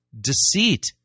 deceit